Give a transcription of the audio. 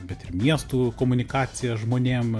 bet ir miestų komunikaciją žmonėm